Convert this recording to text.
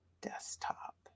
desktop